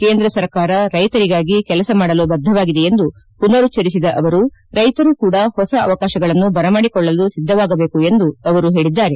ಕೇಂದ್ರ ಸರ್ಕಾರ ರೈಶರಿಗಾಗಿ ಕೆಲಸ ಮಾಡಲು ಬದ್ಗವಾಗಿದೆ ಎಂದು ಮನರುಚ್ಲರಿಸಿದ ಅವರು ರೈತರು ಕೂಡಾ ಹೊಸ ಅವಕಾಶಗಳನ್ನು ಬರಮಾಡಿಕೊಳ್ಳಲು ಸಿದ್ದವಾಗಬೇಕು ಎಂದು ಅವರು ಹೇಳಿದ್ದಾರೆ